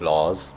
Laws